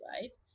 right